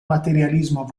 materialismo